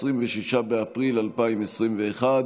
סופר וברוכי,